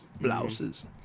Blouses